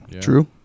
True